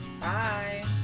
Bye